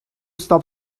stop